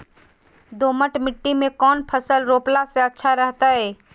दोमट मिट्टी में कौन फसल रोपला से अच्छा रहतय?